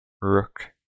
Rook